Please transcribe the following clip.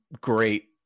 great